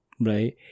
right